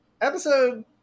Episode